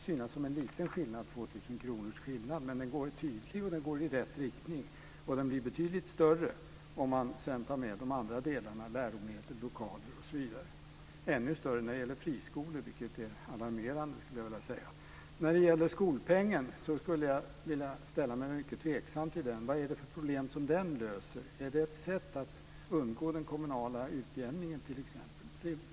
2 000 kr kan synas som en liten skillnad, men den går i tydlig riktning. Skillnaden blir betydligt större om man också tar med de andra delarna såsom läromedel, lokaler osv. Dessutom är skillnaden ännu större när det gäller friskolor, vilket är alarmerande. Jag ställer mig mycket tveksam till skolpengen. Vad löser den för problem? Är det ett sätt att undgå den kommunala utjämningen?